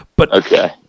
Okay